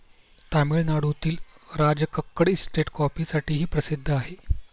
तामिळनाडूतील राजकक्कड इस्टेट कॉफीसाठीही प्रसिद्ध आहे